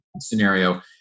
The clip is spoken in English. scenario